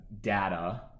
data